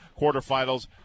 quarterfinals